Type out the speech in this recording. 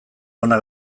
onak